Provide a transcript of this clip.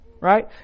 Right